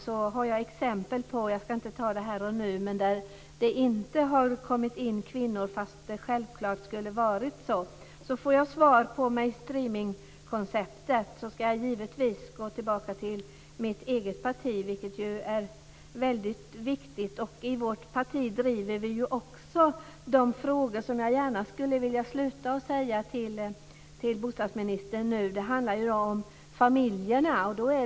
Jag ska inte ta upp det här och nu, man jag har exempel som visar att det inte har kommit in kvinnor fast det självklart skulle ha varit så. Men får jag svar på detta med mainstreamingkonceptet ska jag givetvis gå tillbaka till mitt eget parti. Det är väldigt viktigt. I vårt parti driver vi också de frågor som jag nu gärna skulle vilja sluta med att nämna för bostadsministern. Det handlar om familjerna.